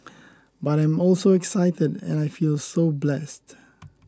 but I am also excited and I feel so blessed